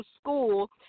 school